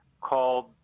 called